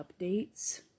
updates